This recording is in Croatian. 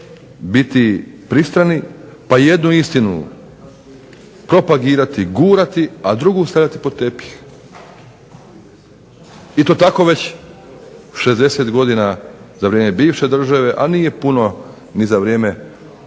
biti pristrani pa jednu istinu propagirati, gurati, a drugu stavljati pod tepih i to tako već 60 godina za vrijeme bivše države, a nije puno ni za vrijeme